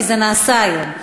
כי זה נעשה היום.